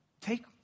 Take